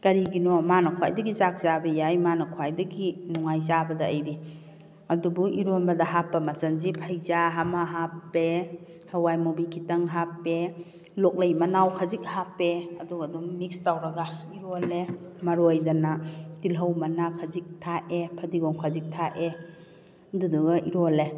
ꯀꯔꯤꯒꯤꯅꯣ ꯃꯥꯅ ꯈ꯭ꯋꯥꯏꯗꯒꯤ ꯆꯥꯛ ꯆꯥꯕ ꯌꯥꯏ ꯃꯥꯅ ꯈ꯭ꯋꯥꯏꯗꯒꯤ ꯅꯨꯡꯉꯥꯏ ꯆꯥꯕꯗ ꯑꯩꯗꯤ ꯑꯗꯨꯕꯨ ꯏꯔꯣꯟꯕꯗ ꯍꯥꯞꯄ ꯃꯆꯜꯁꯤ ꯐꯩꯖꯥ ꯑꯃ ꯍꯥꯞꯄꯦ ꯍꯋꯥꯏ ꯃꯨꯕꯤ ꯈꯤꯇꯪ ꯍꯥꯞꯄꯦ ꯂꯣꯛꯂꯩ ꯃꯅꯥꯎ ꯈꯖꯤꯛ ꯍꯥꯞꯄꯦ ꯑꯗꯨꯒ ꯑꯗꯨꯝ ꯃꯤꯛꯁ ꯇꯧꯔꯒ ꯏꯔꯣꯜꯂꯦ ꯃꯔꯣꯏꯗꯅ ꯇꯤꯜꯂꯧ ꯃꯅꯥ ꯈꯖꯤꯛ ꯊꯥꯛꯑꯦ ꯐꯗꯤꯒꯣꯝ ꯈꯖꯤꯛ ꯊꯥꯛꯑꯦ ꯑꯗꯨꯗꯨꯒ ꯏꯔꯣꯜꯂꯦ